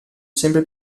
sempre